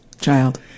child